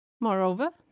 Moreover